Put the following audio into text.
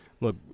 look